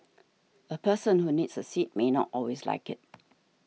a person who needs a seat may not always like it